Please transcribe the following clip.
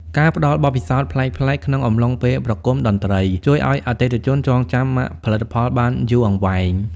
ការផ្តល់បទពិសោធន៍ប្លែកៗ ក្នុងអំឡុងពេលប្រគំតន្ត្រី ជួយឱ្យអតិថិជនចងចាំម៉ាកផលិតផលបានយូរអង្វែង។